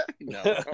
No